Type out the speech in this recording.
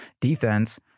defense